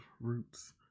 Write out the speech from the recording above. roots